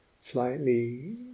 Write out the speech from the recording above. slightly